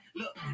look